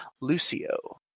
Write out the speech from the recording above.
lucio